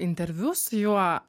interviu su juo